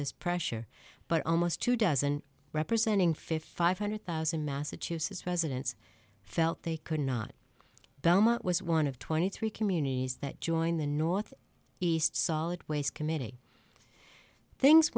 this pressure but almost two dozen representing fifty five hundred thousand massachusetts residents felt they could not belmont was one of twenty three communities that joined the north east solid waste committee things